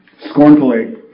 scornfully